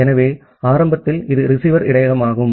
ஆகவே ஆரம்பத்தில் இது ரிசீவர் இடையகமாகும்